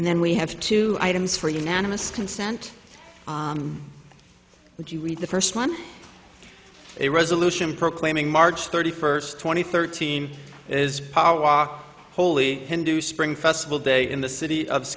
and then we have two items for unanimous consent that you read the first one a resolution proclaiming march thirty first twenty thirteen is power walk wholly hindu spring festival day in the city of